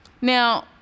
Now